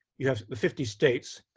you have the fifty states,